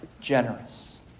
generous